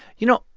you know,